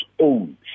own